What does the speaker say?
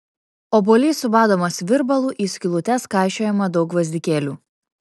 obuolys subadomas virbalu į skylutes kaišiojama daug gvazdikėlių